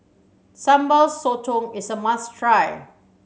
Sambal Sotong is a must try